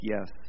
Yes